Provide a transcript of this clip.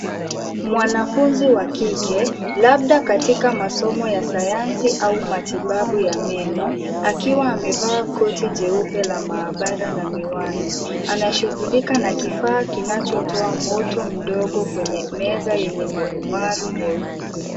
Mwanafunzi wa kike labda katika masomo ya sayansi au matibabu ya meno akiwa amevaa koti jeupe la maabara na miwani anashughulika na kifaa kinachotoa moto mdogo kwenye meza yenye marumaru meusi.